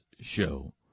show